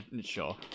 sure